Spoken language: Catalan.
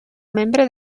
membre